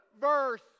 verse